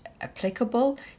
applicable